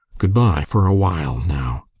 good-bye for a while now!